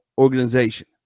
organization